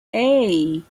hey